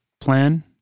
plan